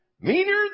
meaner